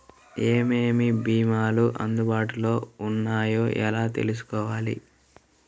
ఏమేమి భీమాలు అందుబాటులో వున్నాయో ఎలా తెలుసుకోవాలి?